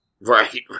right